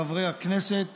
חברי הכנסת